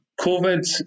COVID